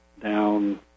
down